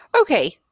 Okay